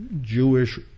Jewish